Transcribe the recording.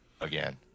again